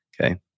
okay